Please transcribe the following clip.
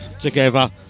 together